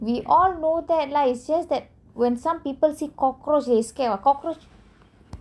we all know that lah is just that when some people see cockroach they scared [what] cockroach